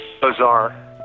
bizarre